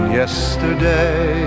yesterday